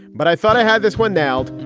but i thought i had this one now.